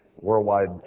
worldwide